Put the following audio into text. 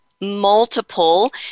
multiple